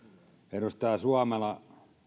edustaja suomela